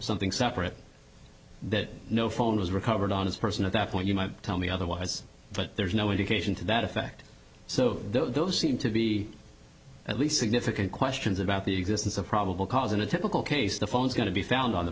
something separate that no phone was recovered on his person at that point you might tell me otherwise but there's no indication to that effect so those seem to be at least significant questions about the existence of probable cause in a typical case the phone's going to be found on the